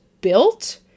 built